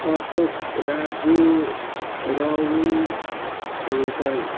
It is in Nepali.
अशोक राजु रघुन अन्त